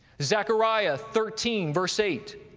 zechariah thirteen, verse eight.